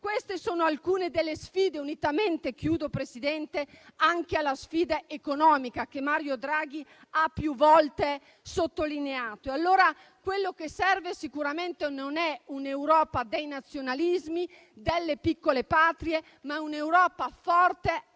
Queste sono alcune delle sfide, unitamente anche alla sfida economica che Mario Draghi ha più volte sottolineato. Quello che serve sicuramente non è un'Europa dei nazionalismi e delle piccole patrie, ma un'Europa forte, con